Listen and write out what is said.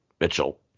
Mitchell